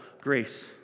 grace